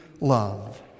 love